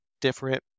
different